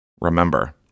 Remember